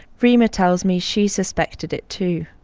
reema tells me she suspected it, too.